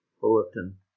Bulletin